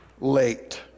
late